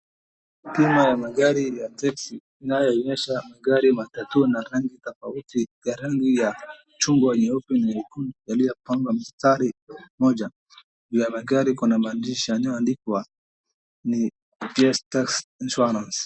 Bima ya magari ya teksi inayoonyesha gari matatu ya rangi tofauti ya rangi ya chungwa, nyeupe, nyekundu yaliyopangwa msitari mmoja. Juu ya magari kuna maadishi yaliyoandikwa PSV taxi insurance .